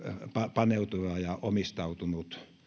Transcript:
paneutuva ja omistautuva